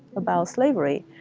about slavery.